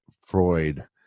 Freud